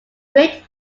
great